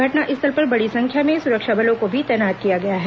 घटना स्थल पर बड़ी संख्या में सुरक्षा बलों को भी तैनात किया गया है